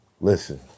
listen